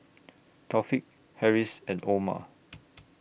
Taufik Harris and Omar